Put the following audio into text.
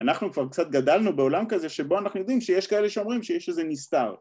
אנחנו כבר קצת גדלנו בעולם כזה שבו אנחנו יודעים שיש כאלה שאומרים שיש איזה מסתר